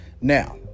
Now